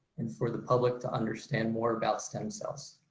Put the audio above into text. and for the public to understand more about stem cells.